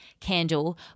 candle